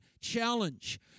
Challenge